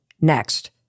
next